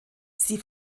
sie